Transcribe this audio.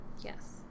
Yes